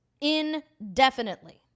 indefinitely